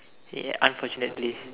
ya unfortunately